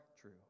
true